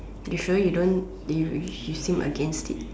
you sure you don't she's still against it